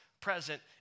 present